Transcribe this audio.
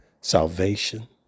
Salvation